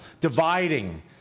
dividing